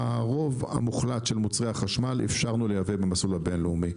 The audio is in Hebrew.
את הרוב המוחלט של מוצרי החשמל אפשרנו לייבא במסלול הבינלאומי,